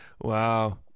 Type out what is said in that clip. Wow